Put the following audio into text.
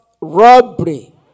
robbery